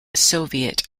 soviet